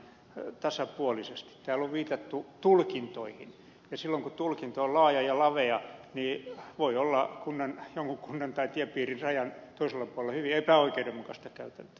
täällä on viitattu tulkintoihin ja silloin kun tulkinta on laaja ja lavea voi olla jonkun kunnan tai tiepiirin rajan toisella puolella hyvin epäoikeudenmukaista käytäntöä